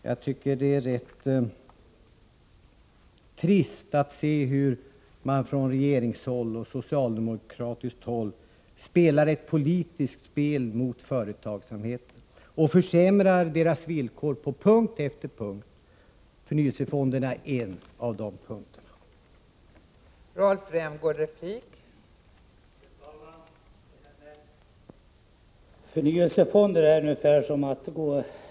Jag tycker det är rätt trist att se hur man från regeringshåll och från socialdemokratiskt håll spelar ett politiskt spel mot företagsamheten och försämrar dess villkor på punkt efter punkt. Förnyelsefonderna är en av de punkterna.